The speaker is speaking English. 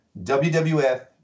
WWF